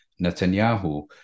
Netanyahu